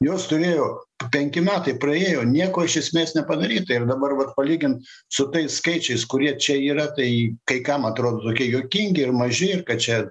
jos turėjo penki metai praėjo nieko iš esmės nepadaryta ir dabar vat palygint su tais skaičiais kurie čia yra tai kai kam atrodo tokie juokingi ir maži ir kad čia